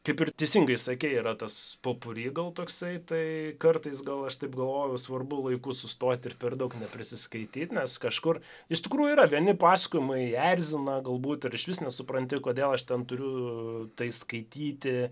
kaip ir teisingai sakei yra tas popuri gal toksai tai kartais gal aš taip galvojau svarbu laiku sustot ir per daug neprisiskaityt nes kažkur iš tikrųjų yra vieni pasakojimai erzina galbūt ir išvis nesupranti kodėl aš ten turiu tai skaityti